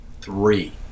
Three